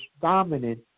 dominant